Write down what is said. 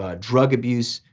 ah drug abuse,